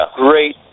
great